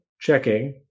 checking